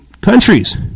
countries